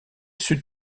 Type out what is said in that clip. sud